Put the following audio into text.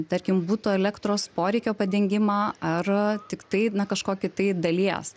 tarkim buto elektros poreikio padengimą ar tiktai na kažkokį tai dalies